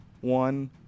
one